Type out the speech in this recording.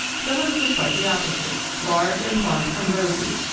phyllis was quite the opposite large and plump and rosy,